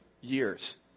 years